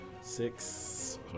six